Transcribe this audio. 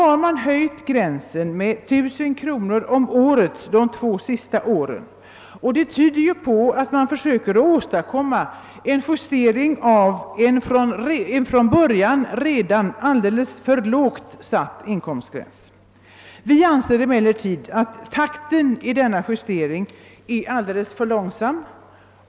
Gränsen har höjts med 1 000 kronor om året under de två senaste åren, och det tyder på att man försöker åstadkomma en justering av en från början för lågt satt inkomstgräns. Vi anser emellertid att takten i denna justering är alldeles för långsam.